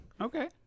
Okay